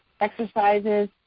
exercises